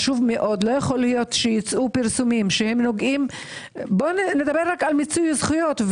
לא ייתכן שייצאו פרסומים בוא נדבר רק על מיצוי זכויות.